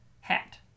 hat